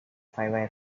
fiber